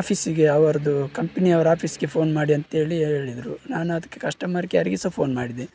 ಆಫೀಸಿಗೆ ಅವರದ್ದು ಕಂಪೆನಿ ಅವ್ರ ಆಫೀಸಿಗೆ ಫೋನ್ ಮಾಡಿ ಅಂತೇಳಿ ಹೇಳಿದ್ರು ನಾನು ಅದಕ್ಕೆ ಕಸ್ಟಮರ್ ಕೇರಿಗೆ ಸಹ ಫೋನ್ ಮಾಡಿದೆ